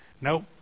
Nope